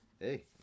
hey